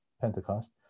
Pentecost